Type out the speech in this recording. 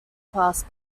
pass